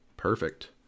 Perfect